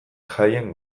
jaian